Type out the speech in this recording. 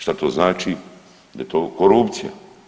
Šta to znači, da je to korupcija.